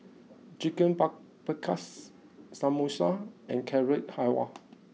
Chicken Paprikas Samosa and Carrot Halwa